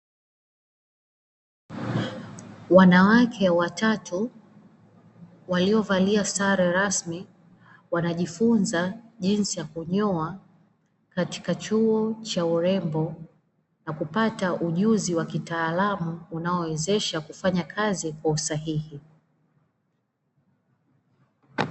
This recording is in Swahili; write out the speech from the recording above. Wanawake watatu waliovalia sare rasmi, wanajifunza jinsi ya kunyoa, katika chuo cha urembo na kupata ujuzi wa kitaalamu, unaowezesha kufanya kazi kwa usahihi.